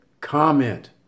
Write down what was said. comment